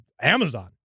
Amazon